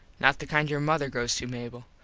not the kind your mother goes to, mable.